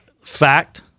Fact